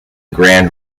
grand